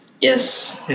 Yes